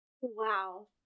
Wow